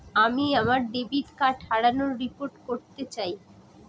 আমি আমার debit card হারানোর রিপোর্ট করতে চাই